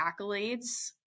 accolades